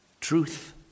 truth